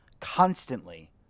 constantly